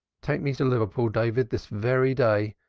take me to liverpool, david, this very day.